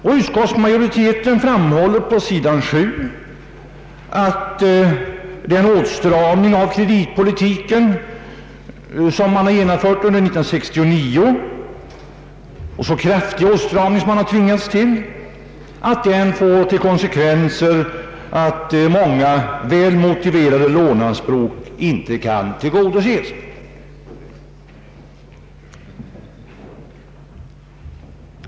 På s. 7 framhåller utskottsmajoriteten, att en så kraftig åtstramning av kreditpolitiken som den som genomförts under 1969 får till konsekvens att i och för sig väl motiverade låneanspråk inte kan tillgodo Ses.